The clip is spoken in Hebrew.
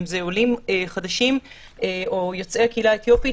אם אלה עולים חדשים או יוצאי הקהילה האתיופית